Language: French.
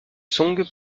song